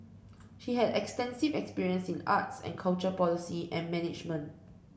she has extensive experience in arts and culture policy and management